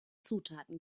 zutaten